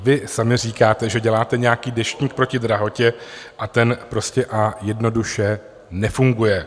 Vy sami říkáte, že děláte nějaký Deštník proti drahotě, a ten prostě a jednoduše nefunguje.